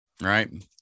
right